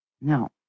No